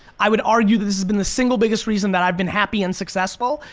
i would argue that this has been the single biggest reason that i've been happy and successful,